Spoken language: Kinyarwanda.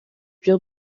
byo